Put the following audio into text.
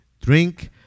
Drink